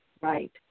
Right